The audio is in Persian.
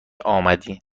آمدی